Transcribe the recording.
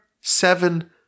seven